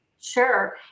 Sure